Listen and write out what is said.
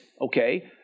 okay